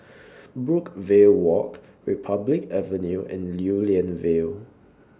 Brookvale Walk Republic Avenue and Lew Lian Vale